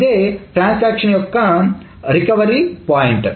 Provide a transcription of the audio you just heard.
ఇదే ట్రాన్సాక్షన్ యొక్క recovery point